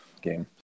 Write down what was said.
game